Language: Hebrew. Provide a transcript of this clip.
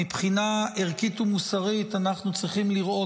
מבחינה ערכית ומוסרית אנחנו צריכים לראות